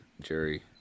Jerry